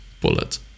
bullet